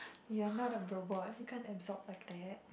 you're not a robot you can't absorb like that